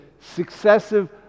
successive